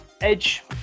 edge